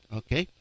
okay